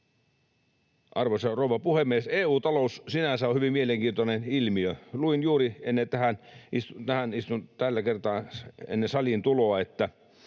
Arvoisa rouva puhemies! EU-talous sinänsä on hyvin mielenkiintoinen ilmiö. Luin juuri ennen saliin tuloa, että